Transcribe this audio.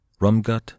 Rumgut